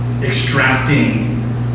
extracting